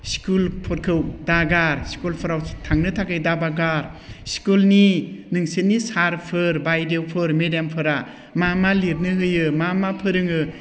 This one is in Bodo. स्कुलफोरखौ दागार स्कुलफोराव थांनो थाखाय दा बावगार स्कुलनि नोंसोरनि सारफोर बायदेवफोर मेडामफोरा मा मा लिरनो होयो मा मा फोरोङो